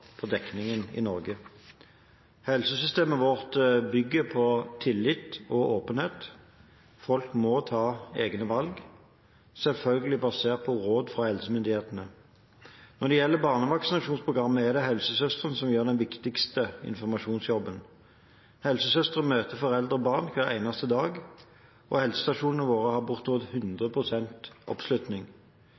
Norge. Helsesystemet vårt bygger på tillit og åpenhet. Folk må ta egne valg, selvfølgelig basert på råd fra helsemyndighetene. Når det gjelder barnevaksinasjonsprogrammet, er det helsesøstrene som gjør den viktigste informasjonsjobben. Helsesøstrene møter foreldre og barn hver eneste dag, og helsestasjonene våre har bortimot 100 pst. oppslutning.